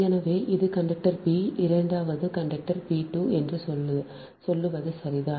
எனவே இது conductor P 2 இது கண்டக்டர் P 2 என்று சொல்வது சரிதான்